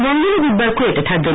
মঙ্গল ও বুধবার কুয়েতে থাকবেন